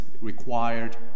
required